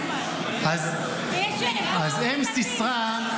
יש זמן --- אז אם סיסרא,